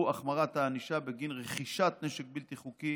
הוא החמרת הענישה בגין רכישת נשק בלתי חוקי